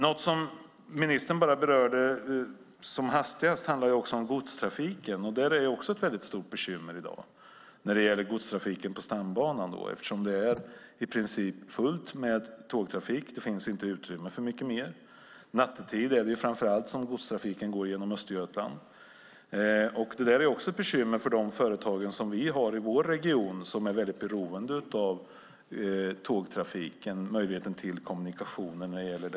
Något som ministern bara berörde som hastigast var godstrafiken. Där är det också ett stort bekymmer i dag när det gäller godstrafiken på stambanan, eftersom det i princip är fullt med tågtrafik. Det finns inte utrymme för mycket mer. Det är framför allt nattetid som godstrafiken går genom Östergötland. Detta är också ett bekymmer för de företag som vi har i vår region, som är väldigt beroende av tågtrafiken, möjligheten till kommunikationer.